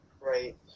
Right